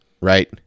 right